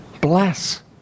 Bless